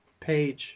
page